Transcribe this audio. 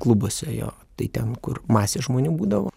klubuose jo tai ten kur masė žmonių būdavo